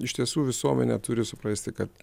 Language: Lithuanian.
iš tiesų visuomenė turi suprasti kad